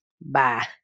Bye